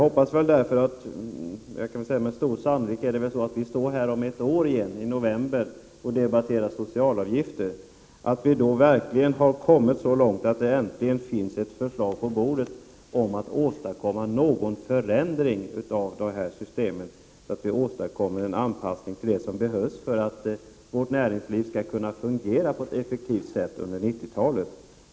Med stor sannolikhet kommer vi nog att stå här om ett år igen och debattera socialavgifter. Men jag hoppas att vi då har kommit så långt att det äntligen finns ett förslag på bordet om att åstadkomma någon förändring av det här systemet, så att det sker en nödvändig anpassning för att vårt näringsliv skall kunna fungera på ett effektivt sätt under 90-talet.